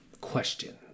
question